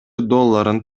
долларын